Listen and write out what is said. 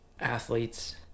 athletes